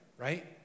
right